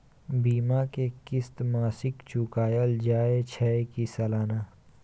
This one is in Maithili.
बीमा के किस्त मासिक चुकायल जाए छै की सालाना?